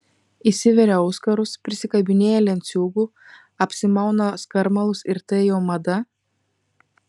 įsiveria auskarus prisikabinėja lenciūgų apsimauna skarmalus ir tai jau mada